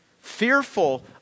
fearful